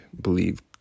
believe